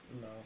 No